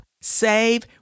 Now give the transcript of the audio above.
save